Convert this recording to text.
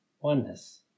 oneness